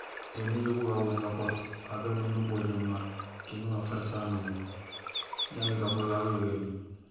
Éni ujoow bu gawuhéén gapoor, aw bémunde ubojéén maal kindi uŋa furaas fafu nuwu jambi gapoor gagu guyogéni.